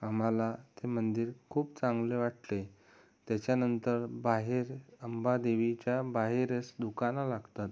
आम्हाला ते मंदिर खूप चांगले वाटले त्याच्यानंतर बाहेर अंबादेवीच्या बाहेरच दुकानं लागतात